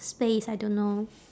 space I don't know